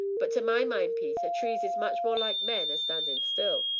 but, to my mind, peter, trees is much more like men a-standin' still.